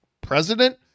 president